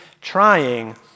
trying